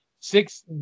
six